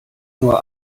nur